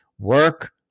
Work